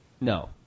No